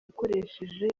yakoresheje